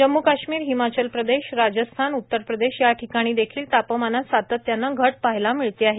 जम्मू काश्मीर हिमाचल प्रदेश राजस्थान महाराष्ट्र उत्तर प्रदेश या ठिकाणी देखील तापमानात सातत्यानं घट पहायला मिळते आहे